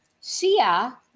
Sia